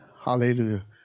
Hallelujah